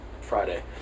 Friday